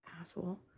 Asshole